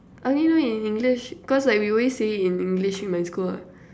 I only know in English cause like we always say it in English in my school [what]